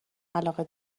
علاقه